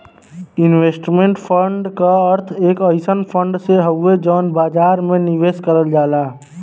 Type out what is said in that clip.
investment fund क अर्थ एक अइसन फण्ड से हउवे जौन बाजार में निवेश करल जाला